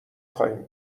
خواهیم